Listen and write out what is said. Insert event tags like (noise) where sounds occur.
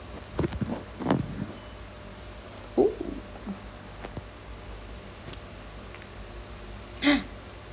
oo (breath)